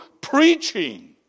preaching